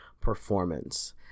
performance